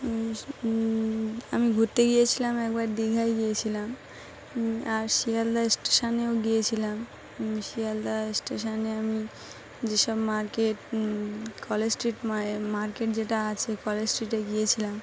আম আমি ঘুরতে গিয়েছিলাম একবার দীঘায় গিয়েছিলাম আর শিয়ালদা স্টেশনেও গিয়েছিলাম শিয়ালদা স্টেশনে আমি যেসব মার্কেট কলেজ স্ট্রিট মা মার্কেট যেটা আছে কলেজ স্ট্রিটে গিয়েছিলাম